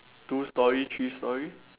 two storey three storey